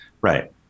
Right